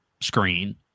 screen